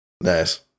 Nice